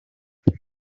wait